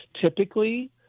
Typically